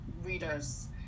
readers